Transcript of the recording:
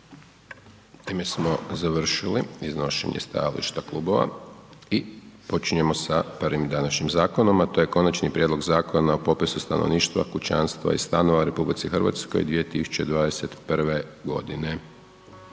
Time smo završili iznošenje stajališta klubova i počinjemo sa prvim današnjim zakonom, a to je: - Konačni prijedlog Zakona o popisu stanovništva, kućanstava i stanova u Republici Hrvatskoj 2021. godine,